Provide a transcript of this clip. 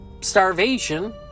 starvation